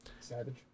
Savage